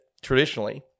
traditionally